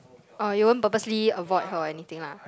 oh you won't purposely avoid her or anything lah